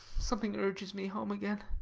something urges me home again.